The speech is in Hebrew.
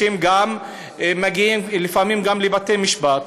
גם מגיעים לפעמים לבתי-משפט,